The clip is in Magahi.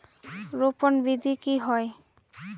रोपण विधि की होय?